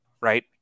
right